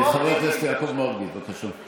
חבר הכנסת יעקב מרגי, בבקשה.